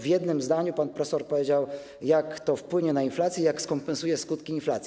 W jednym zdaniu pan profesor powiedział, jak to wpłynie na inflację i jak skompensuje skutki inflacji.